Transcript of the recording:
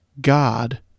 God